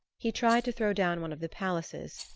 he tried to throw down one of the palaces,